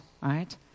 right